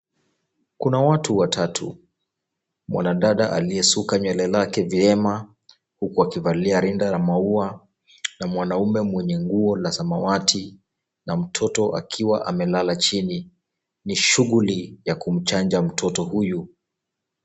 Kuna watu watatu. Mwanadada aliyesuka nywele zake vyema huku akivalia rinda la maua na mwanaume mwenye nguo la samawati na mtoto akiwa amelala chini. Ni shughuli ya kumchanja mtoto huyu.